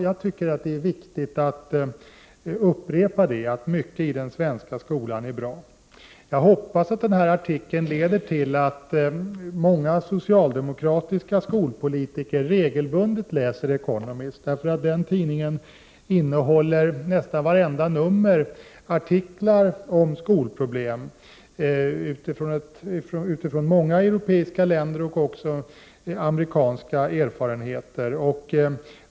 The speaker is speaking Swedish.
Jag tycker att det är viktigt att upprepa att det är mycket som är bra i den svenska skolan. Jag hoppas att denna artikel leder till att många socialdemokratiska skolpolitiker regelbundet börjar läsa The Economist. Tidningen innehåller i nästan varje nummer artiklar om skolproblem, som diskuteras utifrån europeiska och amerikanska erfarenheter.